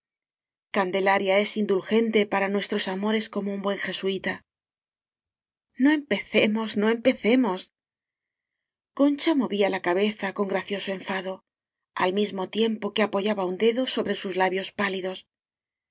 candelaria es indulgente para nuestros amores como un buen jesuíta noempecemos no empecemos concha movía la cabeza con gracioso en fado al mismo tiempo que apoyaba un dedo sobre sus labios pálidos